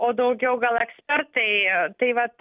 o daugiau gal ekspertai tai vat